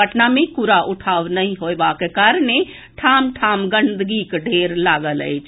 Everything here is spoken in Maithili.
पटना मे कूड़ा उठाव नहि होयबाक कारणे ठाम ठाम गंदगीक ढेर लागि गेल अछि